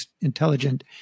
intelligent